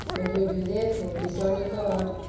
and who do therefore dishonour god,